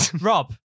Rob